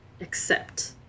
accept